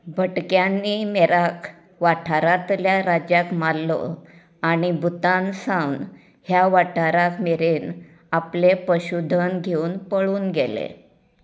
भटक्यांनी मेराक वाठारांतल्या राजाक मारलो आनी भूतान सावन ह्या वाठारा मेरेन आपले पशुधन घेवन पळून गेले